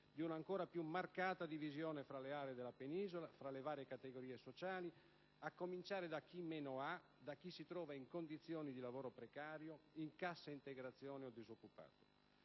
di una ancora più marcata divisione fra le aree della penisola e fra le varie categorie sociali, a cominciare da chi meno ha, da chi si trova in condizioni di lavoro precario, da chi è in cassa integrazione o è disoccupato.